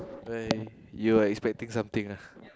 why you were expecting something ah